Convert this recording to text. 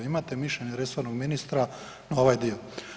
Imate mišljenje resornog ministra na ovaj dio.